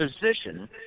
position